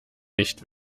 nicht